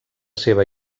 seva